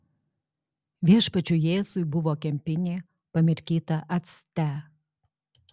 viešpačiui jėzui buvo kempinė pamirkyta acte